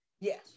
Yes